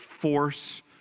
force